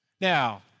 Now